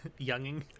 Younging